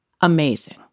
Amazing